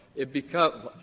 it becomes